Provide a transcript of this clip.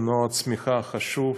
מנוע צמיחה חשוב,